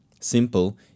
simple